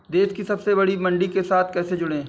देश की सबसे बड़ी मंडी के साथ कैसे जुड़ें?